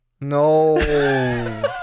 no